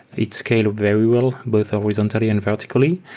it scales very well both horizontally and vertically.